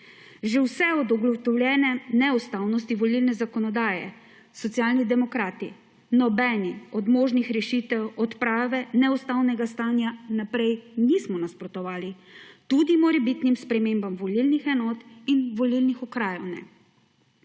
Že vse od ugotovljene neustavnosti volilne zakonodaje, Socialni demokrati nobeni od možnih rešitev odprave ne ustavnega stanja naprej nismo nasprotovali tudi morebitnim sprememba volilnih enot in volilnih okrajev ne.